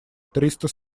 триста